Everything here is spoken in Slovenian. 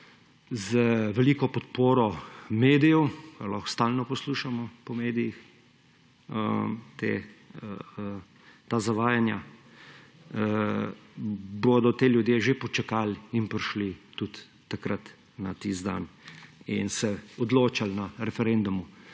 z veliko podporo medijev − lahko stalno poslušamo po medijih ta zavajanja −, bodo ti ljudje že počakali in prišli tudi takrat na tisti dan in se odločali na referendumu